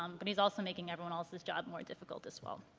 um but he's also making everyone else's job more difficult as well.